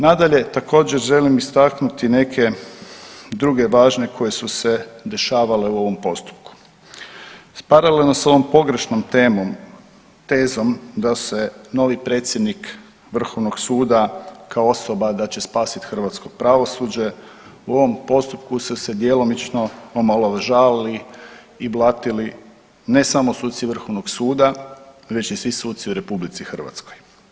Nadalje, također želim istaknuti neke druge važne koje su se dešavale u ovom postupku, paralelno s ovom pogreškom tezom da se novi predsjednik Vrhovnog suda kao osoba da će spasit hrvatsko pravosuđe u ovom postupku su se djelomično omalovažavali i blatili ne samo suci Vrhovnog suda već i svi suci u RH.